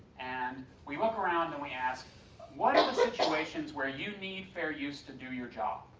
and we look around and we ask what are the situations where you need fair use to do your job?